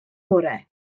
bore